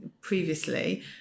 previously